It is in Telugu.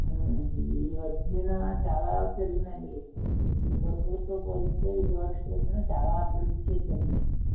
ఈ మధ్యన చాలా జరిగిందండి ఇదివరకుతో పోలిస్తే విజయవాడ స్టేషను చాలా అభివృద్ది చేశారు అండి